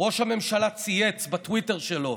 ראש הממשלה צייץ בטוויטר שלו: